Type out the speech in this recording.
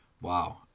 wow